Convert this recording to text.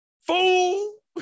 Fool